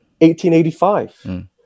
1885